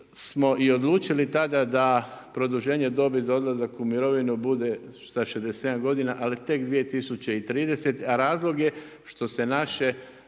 smo i odlučili tada da produženje dobi za odlazak u mirovinu bude sa 67 godina, ali tek 2030., a razlog je što se naše